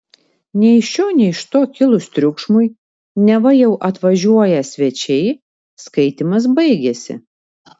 nei iš šio nei iš to kilus triukšmui neva jau atvažiuoją svečiai skaitymas baigėsi